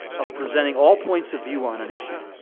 of presenting all points of view on an issue,